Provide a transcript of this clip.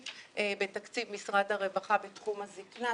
בתקציב משרד הרווחה בתחום הזקנה,